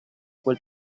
quel